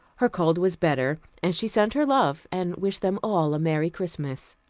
her cold was better, and she sent her love, and wished them all a merry christmas.